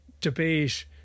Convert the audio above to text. debate